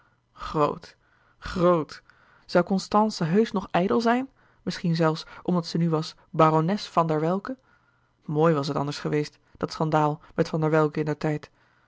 grot grot zoû constance heusch nog ijdel zijn misschien zelfs omdat ze nu was barones van der welcke mooi was het anders geweest dat schandaal met van der welcke indertijd